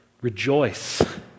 Rejoice